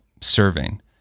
serving